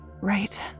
Right